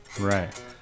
Right